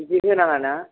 बिदि होनाङा ना